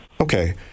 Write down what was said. Okay